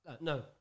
no